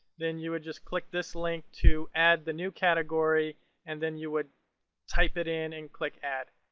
then you would just click this link to add the new category and then you would type it in and click add.